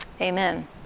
amen